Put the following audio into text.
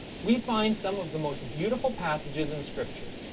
we find some of the most beautiful passages in scripture,